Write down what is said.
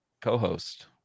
co-host